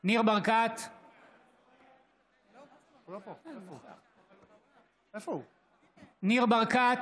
נוכחת מאזן גנאים, בעד בנימין גנץ,